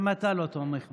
גם אתה לא תומך בה.